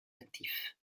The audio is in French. actifs